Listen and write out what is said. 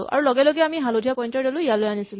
আৰু লগেলগে আমি হালধীয়া পইন্টাৰ ডালো ইয়ালৈ আনিছিলো